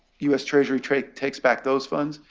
us treasury treasury takes back those funds,